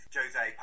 Jose